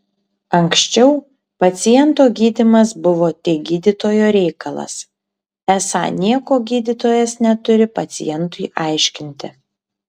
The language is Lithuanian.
anksčiau paciento gydymas buvo tik gydytojo reikalas esą nieko gydytojas neturi pacientui aiškinti